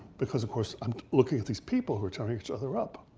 because of course, i'm looking at these people who are tearing each other up.